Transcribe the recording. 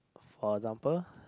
for example